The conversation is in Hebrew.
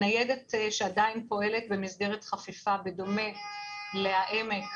הניידת שעדיין פועלת במסגרת חפיפה בדומה לבית חולים העמק,